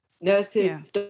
Nurses